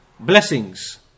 Blessings